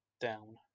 down